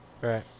Right